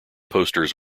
posters